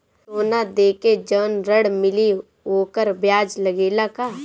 सोना देके जवन ऋण मिली वोकर ब्याज लगेला का?